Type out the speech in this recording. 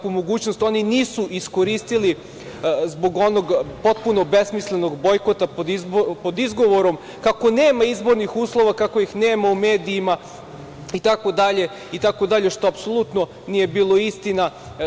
Tu mogućnost oni nisu iskoristili zbog onog potpuno besmislenog bojkota, a pod izgovorom kako nema izbornih uslova, kako ih nema u medijima itd, što apsolutno nije bilo istinito.